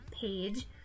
page